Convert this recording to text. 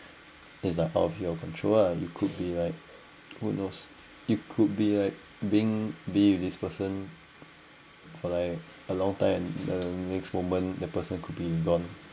is like out of your control ah it could be like who knows it could be like being be with this person for like a long time and the next moment the person could be gone